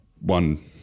one